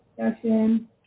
discussion